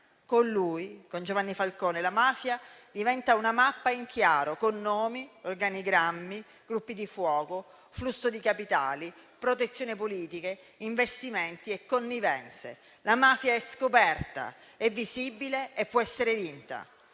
Con lui, con Giovanni Falcone, la mafia diventa una mappa in chiaro, con nomi, organigrammi, gruppi di fuoco, flusso di capitali, protezioni politiche, investimenti e connivenze. La mafia è scoperta, è visibile e può essere vinta.